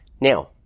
Now